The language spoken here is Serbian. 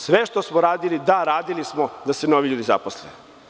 Sve što smo radili, da, radili smo da se novi ljudi zaposle.